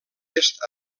est